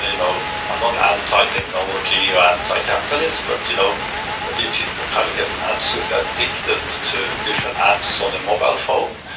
you know i'm not anti-technology or anti-capitalist, but you know but if you kind of get absolutely addicted to different apps on the mobile phone,